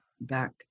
back